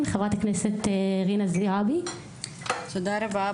חברת הכנסת ג'ידא רינאוי זועבי.) תודה רבה.